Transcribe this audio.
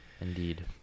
Indeed